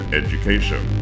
education